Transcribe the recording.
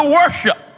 worship